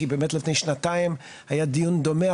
כי באמת לפני שנתיים היה דיון דומה,